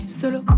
solo